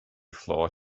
floor